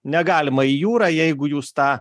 negalima į jūrą jeigu jūs tą